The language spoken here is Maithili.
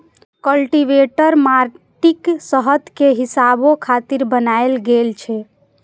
कल्टीवेटर माटिक सतह कें हिलाबै खातिर बनाएल गेल छै